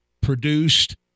produced